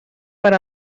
per